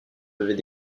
devait